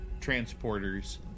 transporters